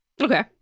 Okay